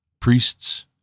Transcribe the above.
priests